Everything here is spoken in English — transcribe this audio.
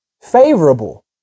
favorable